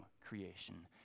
creation